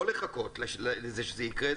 לא לחכות לזה שזה יקרה,